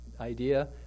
idea